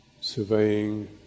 surveying